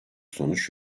sonuç